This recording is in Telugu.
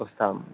వస్తాము